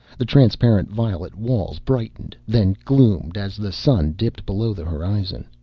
the transparent violet walls brightened, then gloomed, as the sun dipped below the horizon.